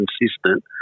consistent